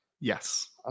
Yes